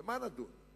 במה נדון?